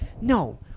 no